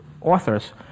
authors